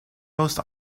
most